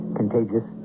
contagious